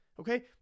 okay